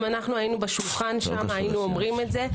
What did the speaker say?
לו היינו בשולחן שם היינו אומרים את זה.